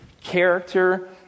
character